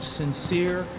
sincere